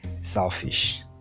selfish